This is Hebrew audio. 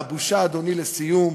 והבושה, אדוני, לסיום,